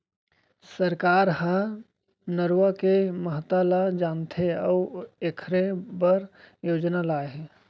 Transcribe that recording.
सरकार ह नरूवा के महता ल जानथे अउ एखरो बर योजना लाए हे